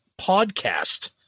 podcast